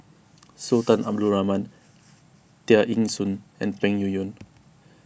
Sultan Abdul Rahman Tear Ee Soon and Peng Yuyun